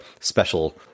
special